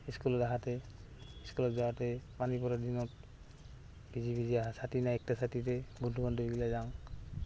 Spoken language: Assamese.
স্কুল আহাতে স্কুলত যাৱাতে পানী পৰাৰ দিনত ভিজি ভিজি আহা ছাতি নাই একটা ছাতিতে বন্ধু বান্ধৱীবিলাক যাওঁ